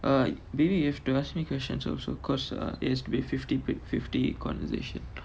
uh